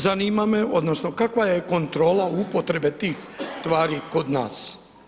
Zanima me odnosno kakva je kontrola upotrebe tih tvari kod nas?